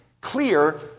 clear